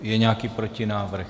Je nějaký protinávrh?